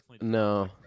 No